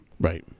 right